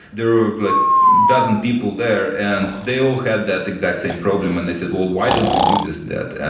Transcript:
there are like a dozen people there and they all had that exact same problem and they said, well, why don't we do just that?